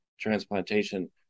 transplantation